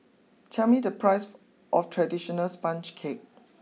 tell me the price for of traditional Sponge Cake